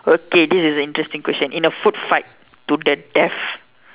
okay this is a interesting question in a food fight to the death